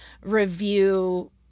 review